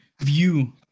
view